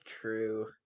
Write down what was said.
true